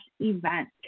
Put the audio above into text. event